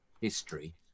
history